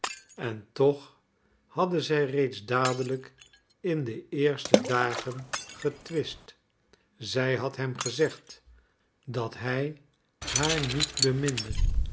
en toch hadden zij reeds dadelijk in de eerste dagen getwist zij had hem gezegd dat hij haar niet beminde